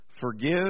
Forgive